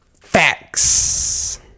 facts